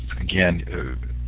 again